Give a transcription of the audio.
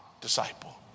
disciple